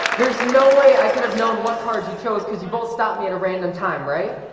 no way i could have known what heart she chose because you both stopped me at a random time, right?